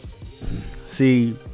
see